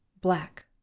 Black